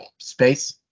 space